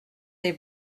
des